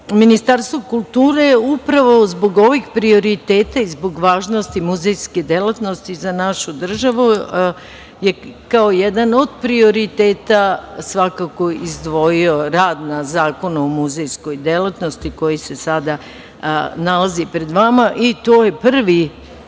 Jagodini. Ministarstvo kulture je upravo zbog ovih prioriteta i zbog važnosti muzejske delatnosti za našu državu kao jedan od prioriteta svakako izdvojio rad na zakonu o muzejskoj delatnosti, koji se sada nalazi pred vama. To je u